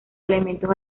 elementos